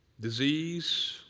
disease